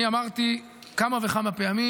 אני אמרתי כמה וכמה פעמים,